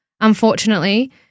Unfortunately